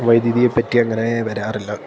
വൈദ്യുതിയെപ്പറ്റി അങ്ങനെ വരാറില്ല